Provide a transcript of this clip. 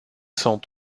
cent